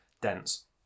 dense